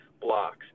blocks